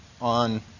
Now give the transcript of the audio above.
on